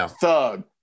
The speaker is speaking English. thug